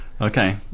okay